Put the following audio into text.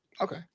Okay